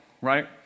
right